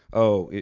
oh,